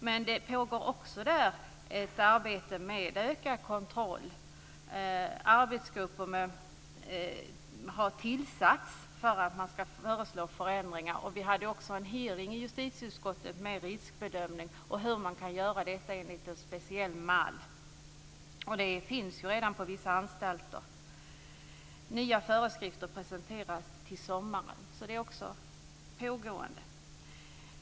Men det pågår också ett arbete med ökad kontroll. Arbetsgrupper har tillsatts för att föreslå förändringar. Vi hade också en hearing i justitieutskottet om riskbedömning och hur en sådan kan göras enligt en speciell mall. Det görs ju redan på vissa anstalter. Nya föreskrifter presenteras till sommaren, så det är också pågående.